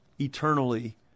eternally